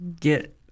get